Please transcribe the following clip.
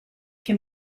can